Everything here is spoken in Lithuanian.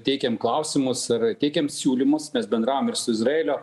teikėm klausimus ar teikėm siūlymus mes bendravom ir su izraelio